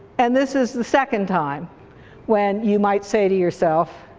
and this is the second time when you might say to yourself,